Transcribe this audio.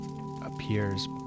appears